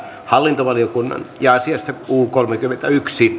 hallintovaliokunnan ja fiesta kuu kolmekymmentäyksi